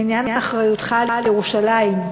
בעניין אחריותך על ירושלים.